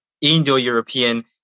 Indo-European